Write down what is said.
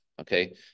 Okay